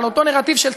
על אותו נרטיב של צדק,